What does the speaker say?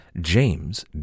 James